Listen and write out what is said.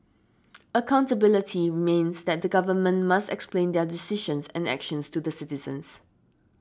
accountability means that the Government must explain their decisions and actions to the citizens